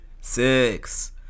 six